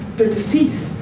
they're deceased.